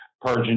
Purge &